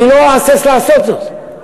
אני לא אהסס לעשות זאת.